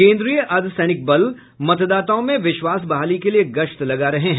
केन्द्रीय अर्द्वसैनिक बल मतदाताओं में विश्वास बहाली के लिए गश्त लगा रहे हैं